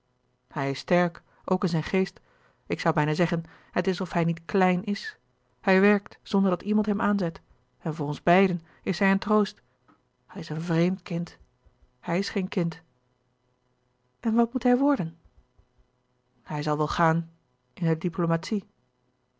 hij is sterk ook in zijn geest ik zoû bijna zeggen het is of hij niet klein is hij werkt zonderdat iemand hem aanzet en voor ons beiden is hij een troost hij is een vreemd kind hij is geen kind en wat moet hij worden hij zal wel gaan in de diplomatie